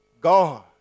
God